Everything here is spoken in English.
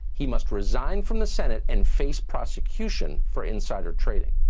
he must resign from the senate and face prosecution for insider trading.